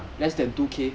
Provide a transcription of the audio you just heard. can ah